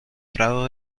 prado